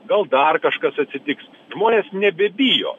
gal dar kažkas atsitiks žmonės nebebijo